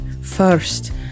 first